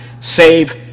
save